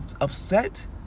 upset